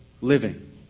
living